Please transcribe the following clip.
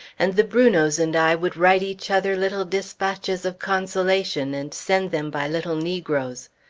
and the brunots and i would write each other little dispatches of consolation and send them by little negroes!